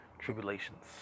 tribulations